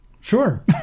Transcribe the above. Sure